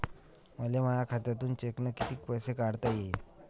मले माया खात्यातून चेकनं कितीक पैसे काढता येईन?